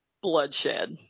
bloodshed